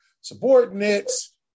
subordinates